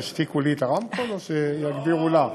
שישתיקו לי את הרמקול או שיגבירו לה?